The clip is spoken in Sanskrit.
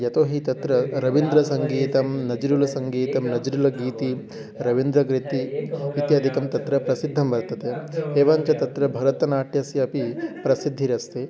यतो हि तत्र रविन्द्रसङ्गीतं नजृळुसङ्गीतं नजृळुगीतिः रवीन्द्रगृति इत्यादिकं तत्र प्रसिद्धं वर्तते एवञ्च तत्र भरतनाट्यस्यपि प्रसिद्धिरस्ति